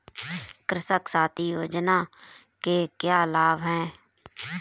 कृषक साथी योजना के क्या लाभ हैं?